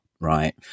right